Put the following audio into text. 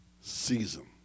season